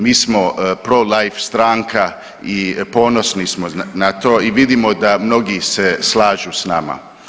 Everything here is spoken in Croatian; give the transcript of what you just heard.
Mi smo prolife stranka i ponosni smo na to i vidimo da mnogi se slažu s nama.